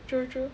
true true